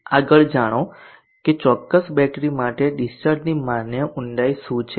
આગળ જાણો કે ચોક્કસ બેટરી માટે ડીસ્ચાર્જની માન્ય ઊંડાઈ શું છે